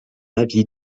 avis